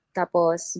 tapos